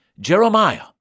Jeremiah